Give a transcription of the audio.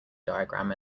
diagram